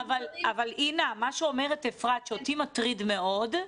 אינה, מה שאומרת אפרת שאותי מטריד מאוד,